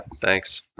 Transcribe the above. thanks